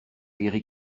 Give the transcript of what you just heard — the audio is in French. guéri